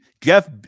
Jeff